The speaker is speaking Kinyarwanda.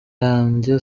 yanjye